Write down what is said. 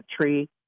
tree